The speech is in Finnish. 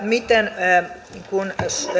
miten